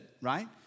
right